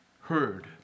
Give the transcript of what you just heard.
heard